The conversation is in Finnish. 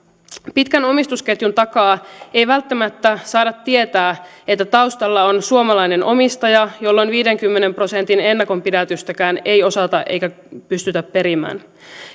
pitkän omistusketjun takaa ei välttämättä saada tietää että taustalla on suomalainen omistaja jolloin viidenkymmenen prosentin ennakonpidätystäkään ei osata eikä pystytä perimään